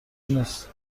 نیست